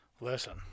Listen